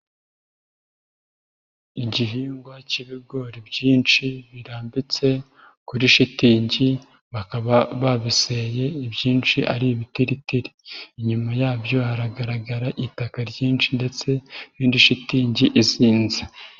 Igihingwa cy'ibigori byinshi birambitse kuri shitingi, bakaba babiseye ibyinshi ari ibitiritiri. Inyuma yabyo hagaragara itaka ryinshi ndetse n'indi shitingi izinze.